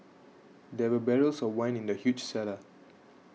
there were barrels of wine in the huge cellar